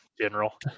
general